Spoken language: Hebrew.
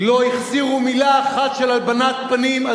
לא החסירו מלה אחת של הלבנת פנים על